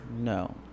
No